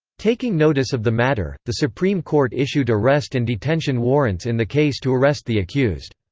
taking notice of the matter, the supreme court issued arrest and detention warrants in the case to arrest the accused.